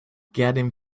getting